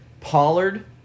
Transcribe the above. Pollard